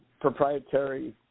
proprietary